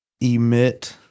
emit